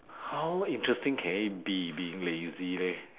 how interesting can it be being lazy leh